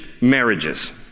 marriages